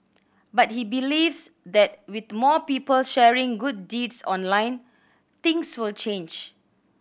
but he believes that with more people sharing good deeds online things will change